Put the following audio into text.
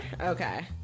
Okay